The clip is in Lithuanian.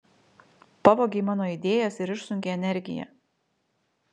pavogei mano idėjas ir išsunkei energiją